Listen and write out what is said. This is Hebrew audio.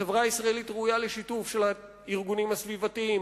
החברה הישראלית ראויה לשיתוף של הארגונים הסביבתיים,